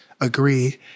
agree